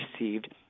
received